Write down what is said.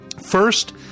First